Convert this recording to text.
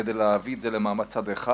כדי להביא את זה למעמד צד אחד